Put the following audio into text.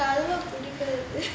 அல்வா பிடிக்காது:alvaa pidikathu